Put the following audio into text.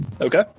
Okay